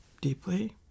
deeply